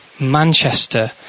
Manchester